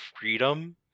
freedom